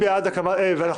אני